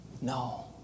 No